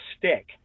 stick